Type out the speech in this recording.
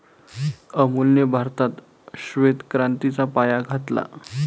अमूलने भारतात श्वेत क्रांतीचा पाया घातला